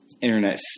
internet